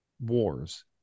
Wars